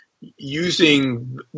using